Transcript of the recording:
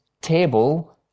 table